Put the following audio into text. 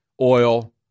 oil